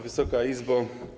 Wysoka Izbo!